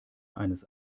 eines